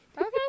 Okay